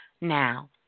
now